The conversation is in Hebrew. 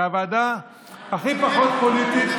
זו הוועדה הכי פחות פוליטית.